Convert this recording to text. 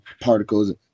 particles